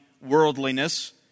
worldliness